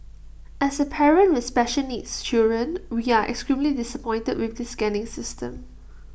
as A parent with special needs children we are extremely disappointed with this scanning system